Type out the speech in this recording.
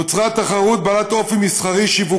נוצרה תחרות בעלת אופי מסחרי-שיווקי,